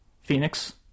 Phoenix